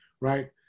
right